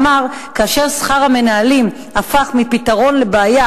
אמר כי כאשר שכר המנהלים הפך מפתרון לבעיה,